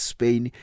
Spain